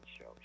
show